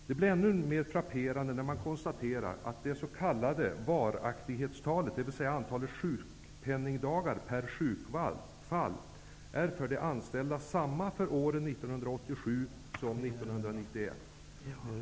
Det blir ännu mer frapperande när man ser att det s.k. 1987 som för år 1991.